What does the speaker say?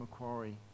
Macquarie